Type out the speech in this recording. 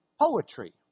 poetry